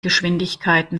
geschwindigkeiten